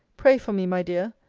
pray for me, my dear,